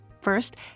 First